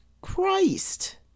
christ